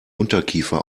unterkiefer